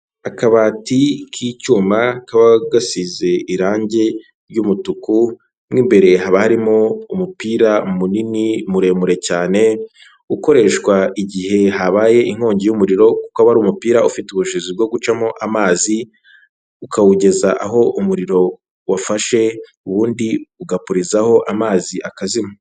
Akabati k'icyuma kaba gasize irangi ry'umutuku, mo imbere haba harimo umupira munini muremure cyane, ukoreshwa igihe habaye inkongi y'umuriro kuko aba ari umupira ufite ubushobozi bwo gucamo amazi ukawugeza aho umuriro wafashe, ubundi ugapurizaho amazi ubundi umuriro ukazimamu.